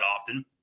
often